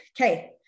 Okay